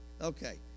Okay